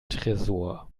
tresor